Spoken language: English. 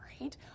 right